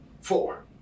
Four